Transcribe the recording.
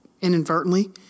inadvertently